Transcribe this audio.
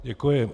Děkuji.